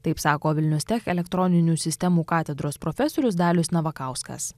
taip sako vilnius tech elektroninių sistemų katedros profesorius dalius navakauskas